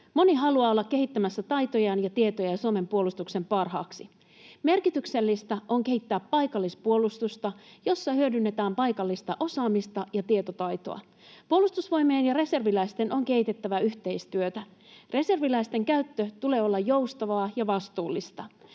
Moni haluaa olla kehittämässä taitojaan ja tietojaan Suomen puolustuksen parhaaksi. Merkityksellistä on kehittää paikallispuolustusta, jossa hyödynnetään paikallista osaamista ja tietotaitoa. Puolustusvoimien ja reserviläisten on kehitettävä yhteistyötä. Reserviläisten käytön tulee olla joustavaa ja vastuullista.